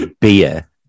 beer